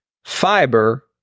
fiber